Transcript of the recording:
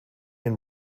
and